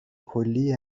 کلی